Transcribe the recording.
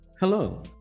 Hello